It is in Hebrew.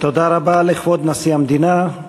תודה רבה לכבוד נשיא המדינה.